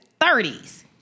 30s